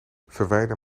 verwijder